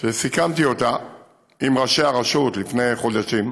וסיכמתי אותה עם ראשי הרשות לפני חודשים,